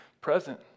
present